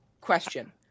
question